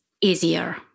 easier